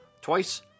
twice